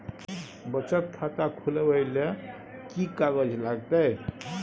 बचत खाता खुलैबै ले कि की कागज लागतै?